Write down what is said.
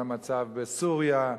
על המצב בסוריה,